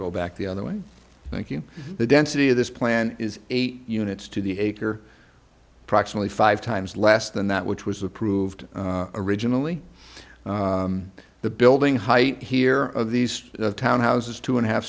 go back the other way thank you the density of this plan is eight units to the acre approximately five times less than that which was approved originally the building height here of these townhouses two and a half